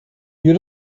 you